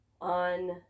on